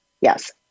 Yes